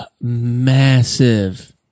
massive